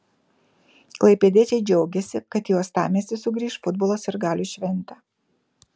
klaipėdiečiai džiaugėsi kad į uostamiestį sugrįš futbolo sirgalių šventė